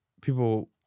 people